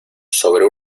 sobre